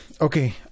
okay